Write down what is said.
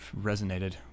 resonated